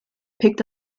picked